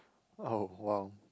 oh !wow!